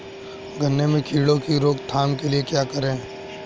गन्ने में कीड़ों की रोक थाम के लिये क्या करें?